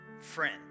Friend